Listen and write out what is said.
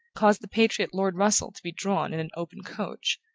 caused the patriot lord russel to be drawn in an open coach,